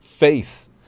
faith